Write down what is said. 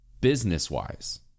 business-wise